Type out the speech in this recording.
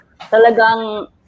talagang